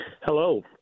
Hello